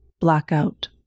Blackout